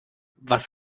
was